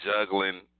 juggling